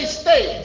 stay